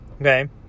Okay